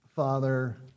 Father